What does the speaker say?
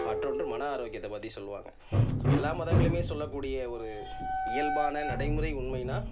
மற்றொன்று மன ஆரோக்கியத்தை பற்றி சொல்லுவாங்க எல்லா மதங்களும் சொல்லக்கூடிய ஒரு இயல்பான நடைமுறை உண்மைனால்